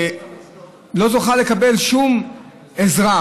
לא זוכה לקבל שום עזרה,